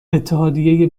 اتحادیه